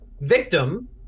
victim